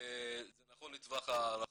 זה נכון לטווח הרחוק,